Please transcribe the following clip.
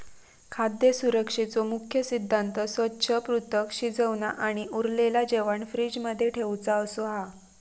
खाद्य सुरक्षेचो मुख्य सिद्धांत स्वच्छ, पृथक, शिजवना आणि उरलेला जेवाण फ्रिज मध्ये ठेउचा असो हा